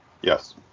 Yes